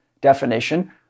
definition